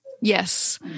Yes